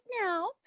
now